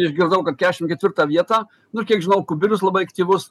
išgirdau kad keturiasdešim ketvirtą vietą nu ir kiek žinau kubilius labai aktyvus